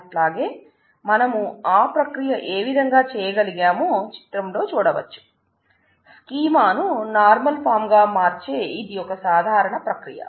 అట్లాగే మనం ఆ ప్రక్రియ ఏ విధంగా చేయగలిగామో చిత్రంలో చూడవచ్చు స్కీమా ను నార్మల్ ఫాం గా మార్చే ఇది ఒక సాధారణ ప్రక్రియ